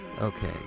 Okay